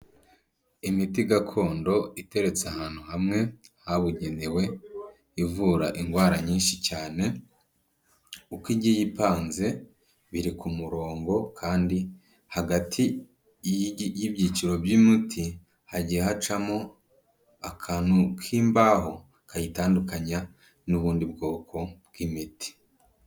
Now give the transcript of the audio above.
Imiti gakondo iteretse ahantu hamwe habugenewe ivura indwara nyinshi cyane, uko igiye ipanze biri ku murongo kandi hagati y'ibyiciro by'umuti hagiye hacamo akantu k'imbaho kayitandukanya n'ubundi bwoko bw'imiti.